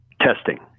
Testing